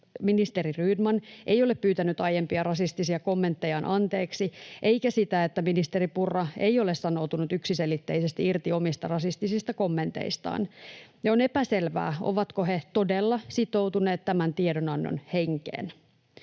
ministeri Rydman ei ole pyytänyt aiempia rasistisia kommenttejaan anteeksi, eikä sitä, että ministeri Purra ei ole sanoutunut yksiselitteisesti irti omista rasistisista kommenteistaan ja että on epäselvää, ovatko he todella sitoutuneet tämän tiedonannon henkeen.